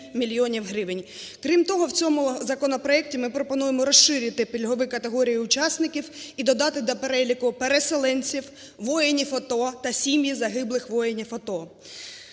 Крім того, в цьому законопроекті ми пропонуємо розширити пільгові категорії учасників і додати до переліку переселенців, воїнів АТО та сім'ї загиблих воїнів АТО.